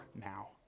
now